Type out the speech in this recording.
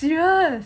serious